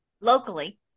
locally